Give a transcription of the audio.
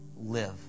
live